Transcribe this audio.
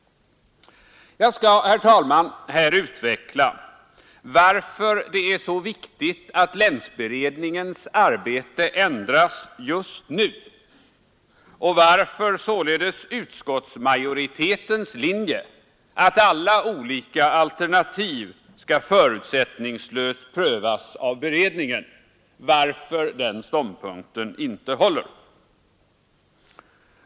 Jag skall, herr talman, här utveckla varför det är så viktigt att länsberedningens arbete ändras just nu och varför således utskottsmajoritetens linje — att alla olika alternativ skall förutsättningslöst prövas av beredningen — inte håller.